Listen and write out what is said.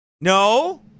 No